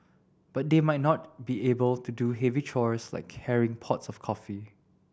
but they might not be able to do heavy chores like carrying pots of coffee